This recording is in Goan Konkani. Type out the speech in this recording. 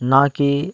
ना की